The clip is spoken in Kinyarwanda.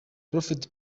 prophet